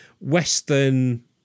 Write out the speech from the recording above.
Western